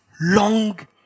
long